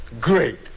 Great